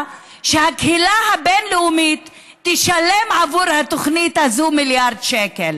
שהקהילה הבין-לאומית תשלם עבור התוכנית הזו מיליארד שקל.